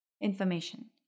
information